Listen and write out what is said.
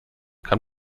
kann